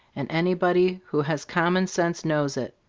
and anybody who has common sense knows it.